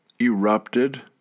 erupted